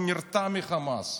הוא נרתע מחמאס.